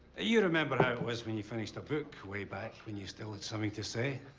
ah you remember how it was when you finished a book way back, when you still had something to say?